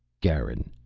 garin.